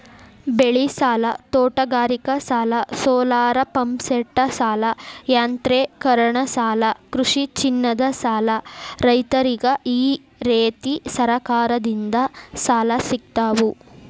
ಬೆಳಿಸಾಲ, ತೋಟಗಾರಿಕಾಸಾಲ, ಸೋಲಾರಪಂಪ್ಸೆಟಸಾಲ, ಯಾಂತ್ರೇಕರಣಸಾಲ ಕೃಷಿಚಿನ್ನದಸಾಲ ರೈತ್ರರಿಗ ಈರೇತಿ ಸರಕಾರದಿಂದ ಸಾಲ ಸಿಗ್ತಾವು